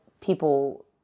people